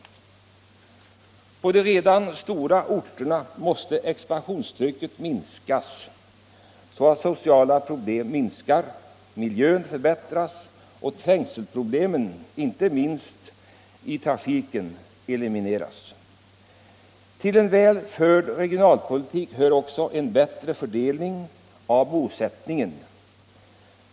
På de redan stora orterna måste expansionstrycket minskas så att de sociala problemen minskar, miljön förbättras och trängselproblemen, inte minst i trafiken, elimineras. Till en väl förd regionalpolitik hör också en bättre fördelning av bosättningen.